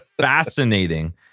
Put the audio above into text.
fascinating